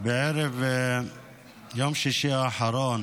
בערב יום שישי האחרון